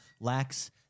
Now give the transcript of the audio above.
lacks